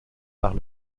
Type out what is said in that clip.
par